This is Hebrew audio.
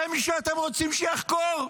זה מי שאתם רוצים שיחקור?